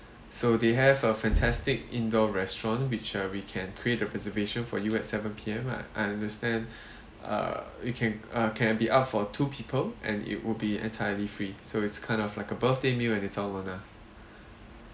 so they have a fantastic indoor restaurant which uh we can create the reservation for you at seven P_M I I understand uh we can uh can be opt for two people and it will be entirely free so it's kind of like a birthday meal and it's all on us